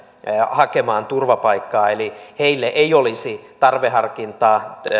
hakemaan turvapaikkaa eli heille ei olisi tarveharkintaa